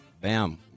Bam